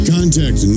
Contact